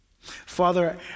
Father